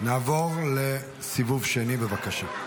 נעבור לסיבוב שני, בבקשה.